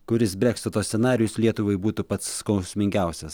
kuris breksito scenarijus lietuvai būtų pats skausmingiausias